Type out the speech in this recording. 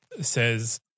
says